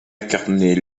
mccartney